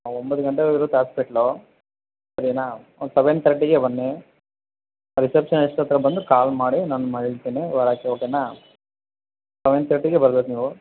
ಹಾಂ ಒಂಬತ್ತು ಗಂಟೆವರೆಗೆ ಇರುತ್ತೆ ಆಸ್ಪೆಟ್ಲು ಸರಿನಾ ಒಂದು ಸೆವೆನ್ ತರ್ಟಿಗೆ ಬನ್ನಿ ರಿಸೆಪ್ಷನಿಸ್ಟ್ ಹತ್ರ ಬಂದು ಕಾಲ್ ಮಾಡಿ ನಾನು ಇರ್ತೀನಿ ಒಳಗೆ ಓಕೆನಾ ಸೆವೆನ್ ತರ್ಟಿಗೆ ಬರ್ಬೇಕು ನೀವು